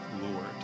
Lord